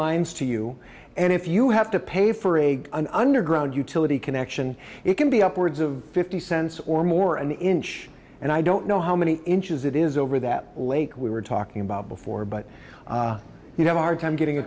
lines to you and if you have to pay for a an underground utility connection it can be upwards of fifty cents or more an inch and i don't know how many inches it is over that lake we were talking about before but you have a hard time getting a